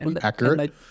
accurate